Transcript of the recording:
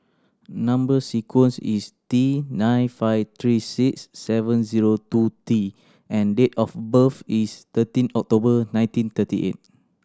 number sequence is T nine five three six seven zero two T and date of birth is thirteen October nineteen thirty eight